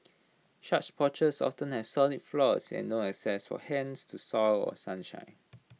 such porches often have solid floors and no access for hens to soil or sunshine